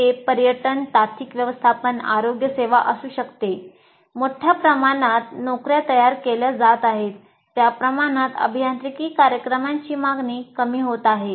हे पर्यटन आतिथ्य व्यवस्थापन आरोग्य सेवा असू शकते मोठ्या प्रमाणात नोकर्या तयार केल्या जात आहेत त्या प्रमाणात अभियांत्रिकी कार्यक्रमांची मागणी कमी होत आहे